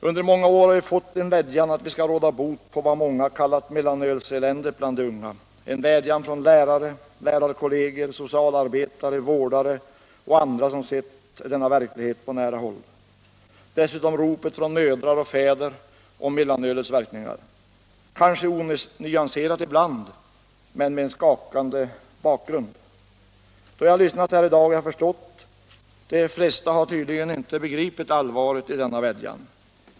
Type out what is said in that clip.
Under många år har vi fått en vädjan att vi skall råda bot på vad många kallat ”mellanölseländet bland de unga” — en vädjan från lärare, lärarkollegier, socialarbetare, vårdare och andra som sett verkligheten på nära håll. Dessutom kommer ett rop — kanske onyanserat ibland, men med en skakande bakgrund — från mödrar och fäder om mellanölets verkningar. Då jag lyssnat här i dag har jag förstått att de flesta tydligen inte har begripit allvaret i denna vädjan.